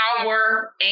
power